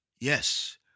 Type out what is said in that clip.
Yes